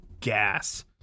gas